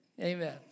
Amen